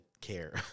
care